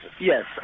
yes